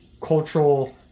cultural